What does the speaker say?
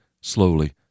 slowly